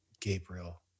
Gabriel